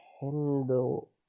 handle